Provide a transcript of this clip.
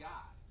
God